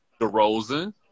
DeRozan